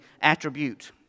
attribute